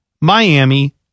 Miami